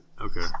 Okay